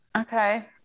okay